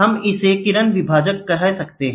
हम इसे किरण विभाजक कह सकते हैं